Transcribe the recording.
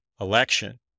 election